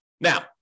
Now